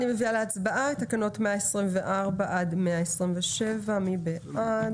אני מביאה להצבעה את אישור תקנות 124 עד 127. מי בעד?